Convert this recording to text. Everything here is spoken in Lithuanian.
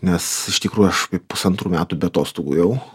nes iš tikrųjų aš kaip pusantrų metų be atostogų jau